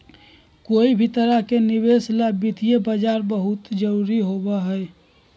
कोई भी तरह के निवेश ला वित्तीय बाजार बहुत जरूरी होबा हई